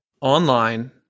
online